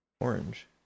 orange